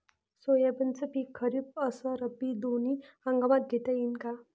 सोयाबीनचं पिक खरीप अस रब्बी दोनी हंगामात घेता येईन का?